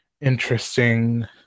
interesting